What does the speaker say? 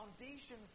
foundation